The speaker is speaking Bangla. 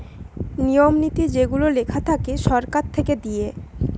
নিয়ম নীতি যেগুলা লেখা থাকে সরকার থেকে দিয়ে